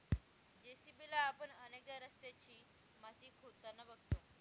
JCB ला आपण अनेकदा रस्त्याची माती खोदताना बघतो